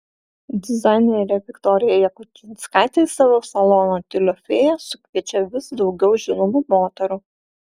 dizainerė viktorija jakučinskaitė į savo saloną tiulio fėja sukviečia vis daugiau žinomų moterų